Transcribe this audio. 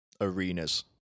arenas